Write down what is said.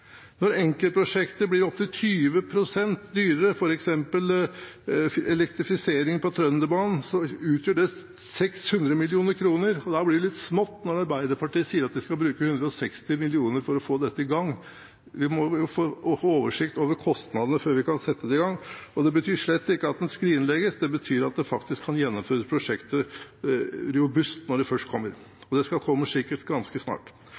Når enkeltprosjekter blir opp til 20 pst. dyrere, f.eks. elektrifisering av Trønderbanen, utgjør det 600 mill. kr. Da blir det litt smått når Arbeiderpartiet sier at de skal bruke 160 mill. kr for å få dette i gang. Vi må få oversikt over kostnadene før vi kan sette det i gang. Det betyr slett ikke at det skrinlegges, det betyr at en kan gjennomføre prosjektet robust når det først kommer. Og det kommer sikkert ganske snart.